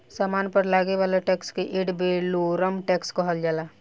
सामान पर लागे वाला टैक्स के एड वैलोरम टैक्स कहल जाला